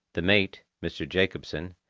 the mate, mr. jacobsen,